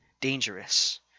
dangerous